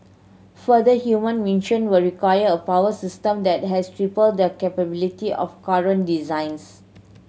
futher human mission will require a power system that has triple the capability of current designs